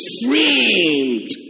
framed